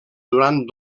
durant